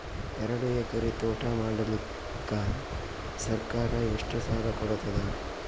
ಎರಡು ಎಕರಿ ತೋಟ ಮಾಡಲಿಕ್ಕ ಸರ್ಕಾರ ಎಷ್ಟ ಸಾಲ ಕೊಡತದ?